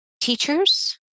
teachers